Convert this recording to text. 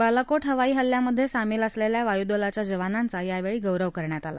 बालाको हवाई हल्ल्यामध्य झामील असलखा वायुदलाच्या जवानांचा यावळी गौरव करण्यात आला